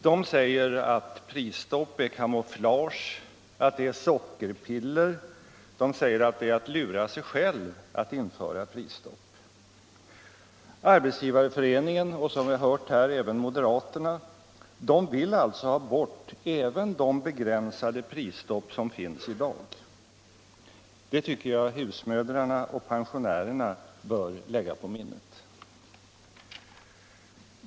Man säger att ett prisstopp är camouflage, att det är sockerpiller och att det är att lura sig själv att införa prisstopp. Arbetsgivareföreningen och, som vi här har hört, moderaterna vill alltså ha bort även de begränsade prisstopp som finns i dag. Det tycker jag husmödrarna och pensionärerna bör lägga på minnet.